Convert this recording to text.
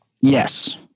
Yes